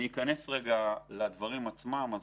אני אכנס לדברים עצמם.